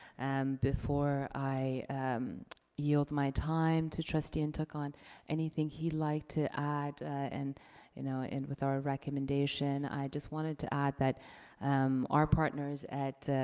before i yield my time to trustee and ntuk on anything he'd like to add and you know in with our recommendation, i just wanted to add that our partners at